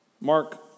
Mark